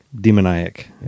Demoniac